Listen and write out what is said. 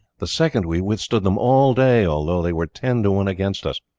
the second we withstood them all day, although they were ten to one against us,